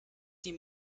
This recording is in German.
die